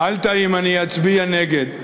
שאלת אם אצביע נגד.